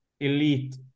elite